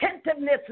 attentiveness